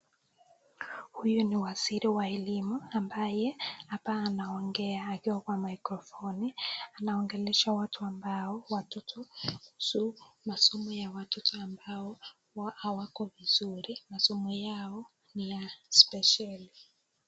Huyu ni waziri wa elimu ambaye, hapa anaongea akiwa kwa maikrofoni anaongelesha watu ambao, watoto kuhusu masomo ya watoto ambao hawako vizuri masomo yao ni ya spesheli.